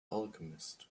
alchemist